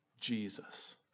Jesus